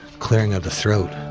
clearing of the throat,